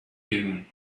dune